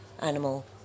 animal